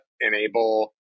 enable